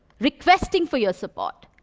requesting for your support.